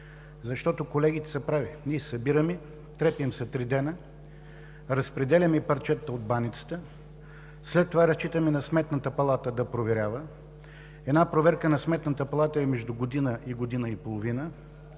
Защото колегите са прави – ние се събираме, трепем се три дена, разпределяме парчетата от баницата, след това разчитаме на Сметната палата да проверява. Една проверка на Сметната палата е между година и година и половина,